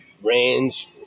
Rains